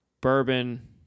bourbon